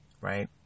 right